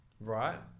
right